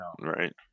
Right